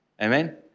Amen